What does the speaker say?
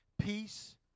peace